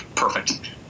perfect